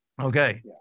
Okay